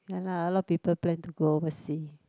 ya lah a lot of people plan to go overseas